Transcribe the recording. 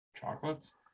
Chocolates